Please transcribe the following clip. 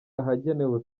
ahagenewe